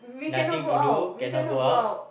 nothing to do cannot go out